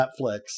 Netflix